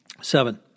Seven